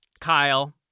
Kyle